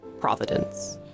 Providence